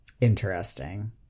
Interesting